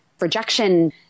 rejection